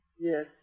Yes